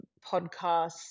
podcasts